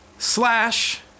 slash